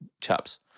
chaps